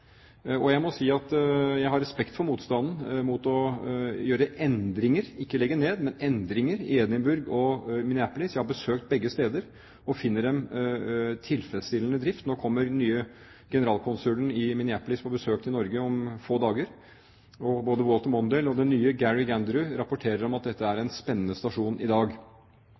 Jeg må si jeg har respekt for motstanden mot å gjøre endringer – ikke legge ned, men gjøre endringer – i Edinburgh og Minneapolis. Jeg har besøkt begge steder og finner dem i tilfredsstillende drift. Nå kommer den nye generalkonsulen i Minneapolis på besøk til Norge om få dager, og både Walter Mondale og den nye, Gary Gandrud, rapporterer at dette er en spennende stasjon i dag.